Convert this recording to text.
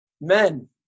men